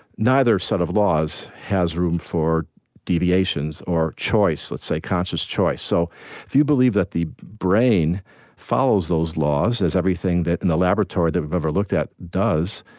neither set of laws has room for deviations or choice let's say, conscious choice. so if you believe that the brain follows those laws, as everything in and the laboratory that we've ever looked at does,